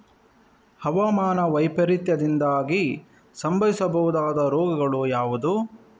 ಹವಾಮಾನ ವೈಪರೀತ್ಯದಿಂದಾಗಿ ಸಂಭವಿಸಬಹುದಾದ ರೋಗಗಳು ಯಾವುದು?